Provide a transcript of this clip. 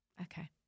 Okay